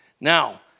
Now